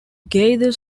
gaither